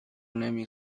نمی